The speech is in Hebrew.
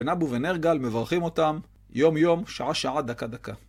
בן אבו ונרגל מברכים אותם יום-יום, שעה-שעה, דקה-דקה.